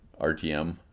RTM